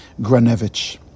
Granevich